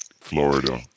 Florida